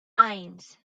eins